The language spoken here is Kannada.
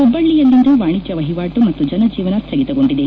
ಹುಬ್ಬಳ್ಳಿಯಲ್ಲಿಂದು ವಾಣಿಜ್ಯ ವಹಿವಾಟು ಮತ್ತು ಜನಜೀವನ ಸ್ಥಗಿತಗೊಂಡಿದೆ